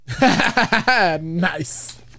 Nice